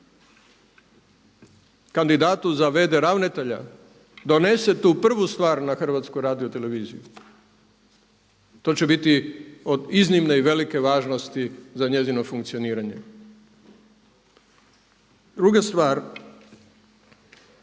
kandidatu za v.d. ravnatelja donese tu prvu stvar na HRT to će biti od iznimne i velike važnosti za njezino funkcioniranje. Druga stvar,